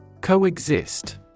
Coexist